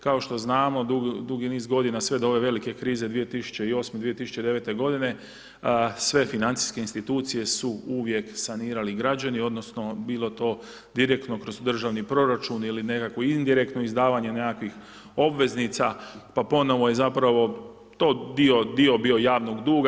Kao što znamo dugi niz godina sve do ove velike krize 2008., 2009. godine sve financijske institucije su uvijek sanirali građani odnosno bilo to direktno kroz državni proračun ili nekakvo indirektno izdavanje nekakvih obveznica pa ponovno je zapravo to dio dio bio javnog duga.